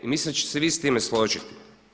I mislim da ćete se i vi s time složiti.